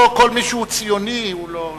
לא כל מי שהוא ציוני הוא לא טוב.